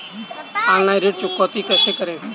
Online ऋण चुकौती कैसे करें?